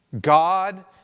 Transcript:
God